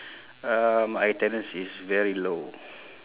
uh my attendance is very low